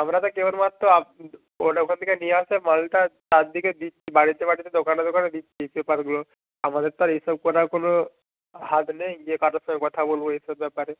আমরা তো কেবলমাত্র ওটা ওখান থেকে নিয়ে এসে মালটা চারদিকে দিচ্ছি বাড়িতে বাড়িতে দোকানে দোকানে দিচ্ছি পেপারগুলো আমাদের তো আর এ সব করার কোনো হাত নেই যে কারও সঙ্গে কথা বলব এই সব ব্যাপারে